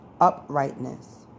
uprightness